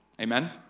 Amen